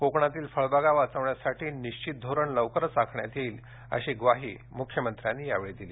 कोकणातील फळबागा वाचवण्यासाठी निश्वित धोरण लवकरच आखण्यात येईल अशी ग्वाही मुख्यमंत्र्यांनी यावेळी दिली